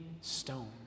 stone